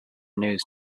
news